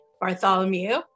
Bartholomew